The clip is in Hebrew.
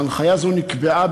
ההנחיה הזו נקבעה,